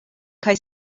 kaj